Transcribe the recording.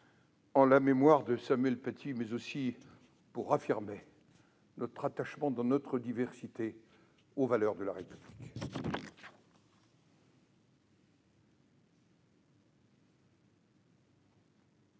en mémoire de Samuel Paty, mais aussi pour affirmer notre attachement, dans notre diversité, aux valeurs de la République.